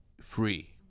free